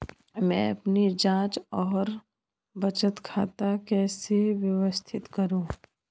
मैं अपनी जांच और बचत खाते कैसे व्यवस्थित करूँ?